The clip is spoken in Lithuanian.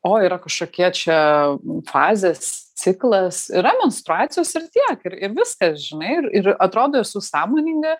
o yra kažkokie čia fazės ciklas yra menstruacijos ir tiek ir ir viskas žinai ir ir atrodo esu sąmoninga